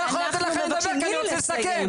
אני לא יכול לתת לכם לדבר, כי אני רוצה לסכם.